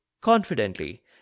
confidently